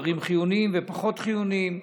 דברים חיוניים ופחות חיוניים.